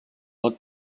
del